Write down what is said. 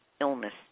illness